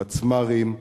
פצמ"רים,